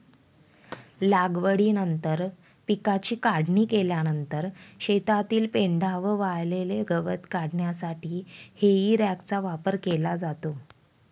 लागवडीनंतर पिकाची काढणी केल्यानंतर शेतातील पेंढा व वाळलेले गवत काढण्यासाठी हेई रॅकचा वापर केला जातो